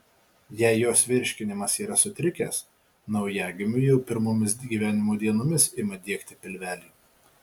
jei jos virškinimas yra sutrikęs naujagimiui jau pirmomis gyvenimo dienomis ima diegti pilvelį